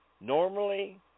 normally